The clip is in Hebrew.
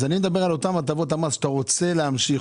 אז אני מדבר על אותן הטבות מס שאתה רוצה להמשיך